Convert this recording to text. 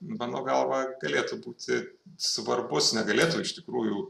mano galva galėtų būti svarbus negalėtų iš tikrųjų